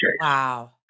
Wow